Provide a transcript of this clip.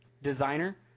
designer